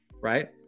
right